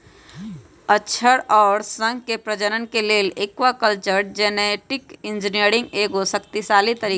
मछर अउर शंख के प्रजनन के लेल एक्वाकल्चर जेनेटिक इंजीनियरिंग एगो शक्तिशाली तरीका हई